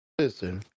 Listen